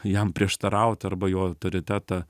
jam prieštaraut arba jo autoritetą